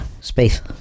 Space